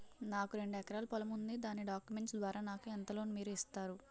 నాకు రెండు ఎకరాల పొలం ఉంది దాని డాక్యుమెంట్స్ ద్వారా నాకు ఎంత లోన్ మీరు ఇస్తారు?